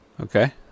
Okay